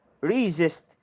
resist